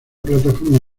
plataforma